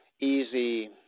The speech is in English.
easy